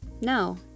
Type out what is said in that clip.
No